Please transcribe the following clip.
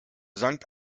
sankt